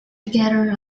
together